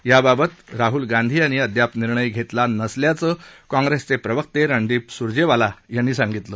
याबाबत राहुल गांधी यांनी अद्याप निर्णय घेतला नसल्याचं काँग्रेसचे प्रवक्ते रणदीप सुर्जेवाला यांनी सांगितलं